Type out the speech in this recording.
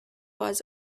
was